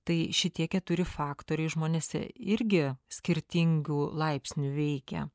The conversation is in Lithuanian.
tai šitie keturi faktoriai žmonėse irgi skirtingu laipsniu veikia